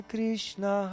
Krishna